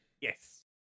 Yes